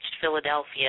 Philadelphia